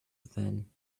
within